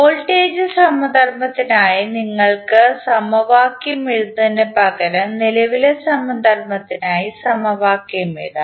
voltage സമധർമത്തിനായി നിങ്ങൾക്ക് സമവാക്യം എഴുതുന്നതിനുപകരം നിലവിലെ സമധർമത്തിനായി സമവാക്യം എഴുതാം